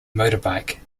motorbike